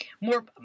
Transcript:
more